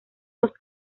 los